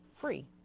free